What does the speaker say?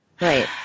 Right